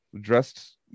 dressed